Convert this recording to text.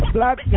Black